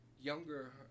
younger